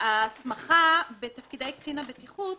שקצין הבטיחות